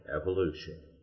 evolution